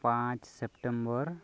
ᱯᱟᱸᱪ ᱥᱮᱯᱴᱮᱢᱵᱚᱨ